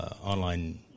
online